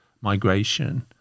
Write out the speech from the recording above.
migration